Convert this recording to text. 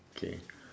okay